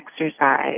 exercise